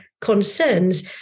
Concerns